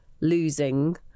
losing